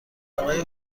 آقای